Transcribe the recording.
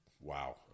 Wow